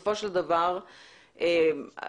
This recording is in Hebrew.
יש